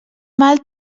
mal